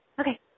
Okay